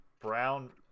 brown